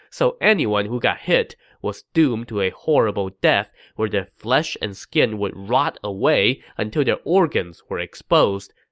so anyone who got hit was doomed to a horrible death where their flesh and skin would rot away until their organs were exposed,